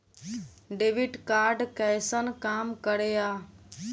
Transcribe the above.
Debit card कैसन काम करेया?